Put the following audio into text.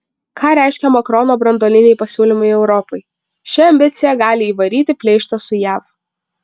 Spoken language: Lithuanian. ką reiškia makrono branduoliniai pasiūlymai europai ši ambicija gali įvaryti pleištą su jav